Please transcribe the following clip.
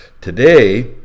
Today